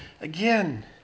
again